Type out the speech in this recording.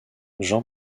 jean